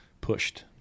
pushed